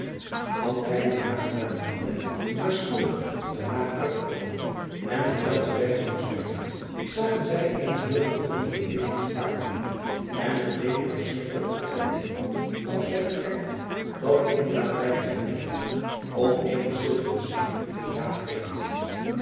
na den maaltijd maar spoedig den aag uit te komen en den elftschen weg langs rijdende zagen zij eene meer dan gewone beweging van paarden en het leed maar zeer korten tijd of zij ontdekten dat er in de nabijheid van elft om eene zilveren zweep gedraafd werd